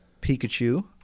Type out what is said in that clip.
Pikachu